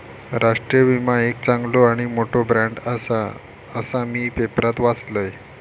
राष्ट्रीय विमा एक चांगलो आणि मोठो ब्रँड आसा, असा मी पेपरात वाचलंय